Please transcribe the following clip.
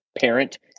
parent